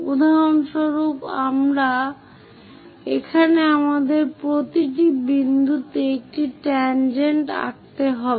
উদাহরণস্বরূপ এখানে আমাদের প্রতিটি বিন্দুতে একটি ট্যাংজেন্ট আঁকতে হবে